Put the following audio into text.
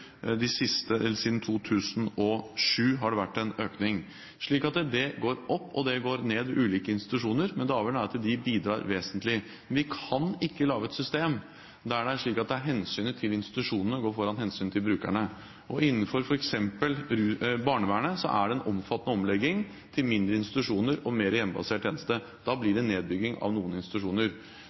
de gjør en kjempeviktig jobb. Vi har også sett en økning i f.eks. opphold ved private sykehus og institusjoner – siden 2007 har det vært en økning. Så det går opp, og det går ned, med ulike institusjoner, men det avgjørende er at de bidrar vesentlig. Men vi kan ikke lage et system der hensynet til institusjonene går foran hensynet til brukerne. Innenfor f.eks. barnevernet er det en omfattende omlegging til mindre institusjoner og mer hjemmebasert tjeneste. Da blir det nedbygging av noen institusjoner.